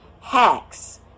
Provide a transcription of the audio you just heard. hacks